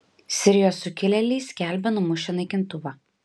sirijos sukilėliai skelbia numušę naikintuvą